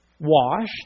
washed